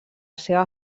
seva